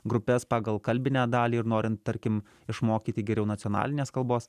grupes pagal kalbinę dalį ir norint tarkim išmokyti geriau nacionalinės kalbos